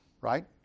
right